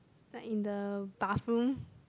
like in the bathroom